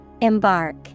Embark